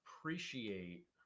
appreciate